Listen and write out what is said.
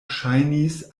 ŝajnis